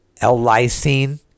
L-lysine